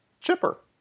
chipper